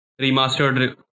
remastered